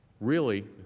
really,